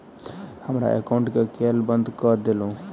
हमरा एकाउंट केँ केल बंद कऽ देलु?